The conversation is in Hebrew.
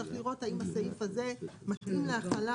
צריך לראות האם הסעיף הזה מתאים להחלה